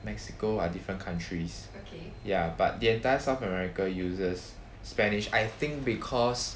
mexico are different countries okay ya but the entire south america uses spanish I think because